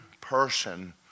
person